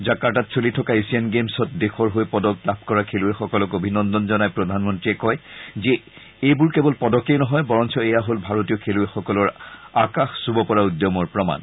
জাকাৰ্টাত চলি থকা এছিয়ান গেমছত দেশৰ হৈ পদক লাভ কৰা খেলুৱৈসকলক অভিনন্দন জনাই প্ৰধানমন্ত্ৰীয়ে কয় যে এইবোৰ কেৱল পদকেই নহয় বৰঞ্চ এয়া হল ভাৰতীয় খেলুৱৈসকলৰ আকাশ চুব পৰা উদ্যমৰ প্ৰমাণ